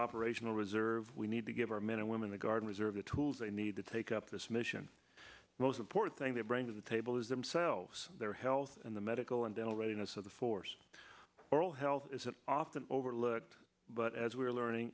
operational reserve we need to give our men and women the guard reserve the tools they need to take up this mission most important thing they bring to the table is themselves their health in the medical and dental readiness of the force oral health is often overlooked but as we are learning